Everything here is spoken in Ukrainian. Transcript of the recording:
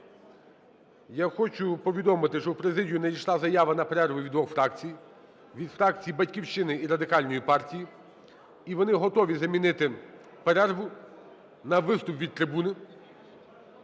я хочу повідомити, що в президію надійшла заява на перерву від двох фракцій: від фракції "Батьківщина" і Радикальної партії. І вони готові замінити перерву на виступ від трибуни.